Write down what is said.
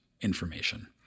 information